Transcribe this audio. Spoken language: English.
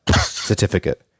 certificate